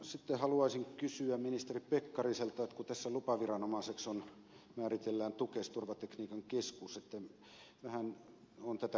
ensinnä haluaisin kysyä ministeri pekkariselta siitä kun tässä lupaviranomaiseksi määritellään tukes turvatekniikan keskus vähän olen tätä kummastellut